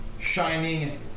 shining